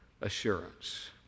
assurance